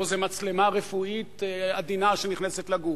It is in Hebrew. זה מצלמה רפואית עדינה שנכנסת לגוף,